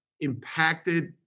impacted